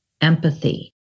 empathy